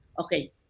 okay